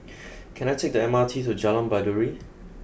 can I take the M R T to Jalan Baiduri